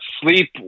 sleep